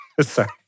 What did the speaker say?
Sorry